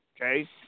Okay